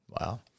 Wow